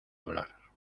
hablar